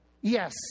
Yes